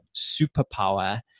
superpower